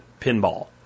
pinball